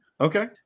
Okay